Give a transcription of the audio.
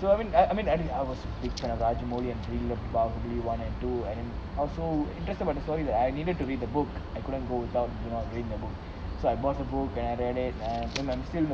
so I mean I I mean I read I was kind of large malian thriller buff movie one and two and also interested about the story that I needed to read the book I couldn't go down do not reading the book so I bought the book and then I read it and I'm still